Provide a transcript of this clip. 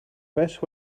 best